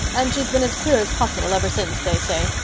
and she's been as queer as possible ever since, they say.